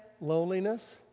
Loneliness